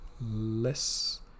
less